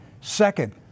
Second